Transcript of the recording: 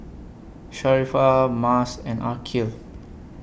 Sharifah Mas and Aqil